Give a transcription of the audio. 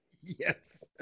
Yes